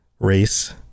race